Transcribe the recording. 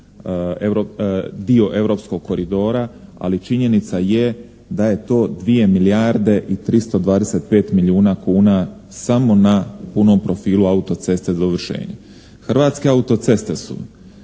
Hrvatske auto-ceste su